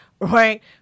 right